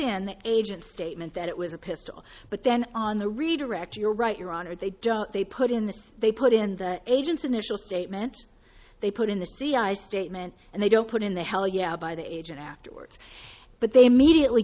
the agent's statement that it was a pistol but then on the redirect you're right your honor they don't they put in this they put in the agent's initial statement they put in the c i statement and they don't put in the hell yeah by the agent afterwards but they immediately